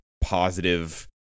positive